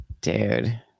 dude